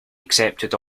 accepted